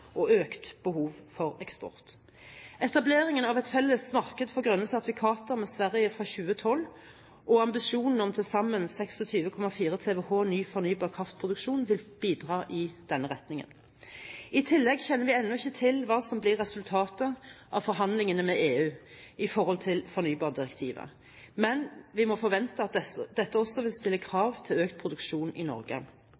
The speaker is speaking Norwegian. og økt behov for eksport. Etableringen av et felles marked for grønne sertifikater med Sverige fra 2012 og ambisjonen om til sammen 26,4 TWh ny fornybar kraftproduksjon vil bidra i denne retningen. I tillegg kjenner vi ennå ikke til hva som blir resultatet av forhandlingene med EU om fornybardirektivet, men vi må forvente at dette også vil stille